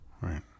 Right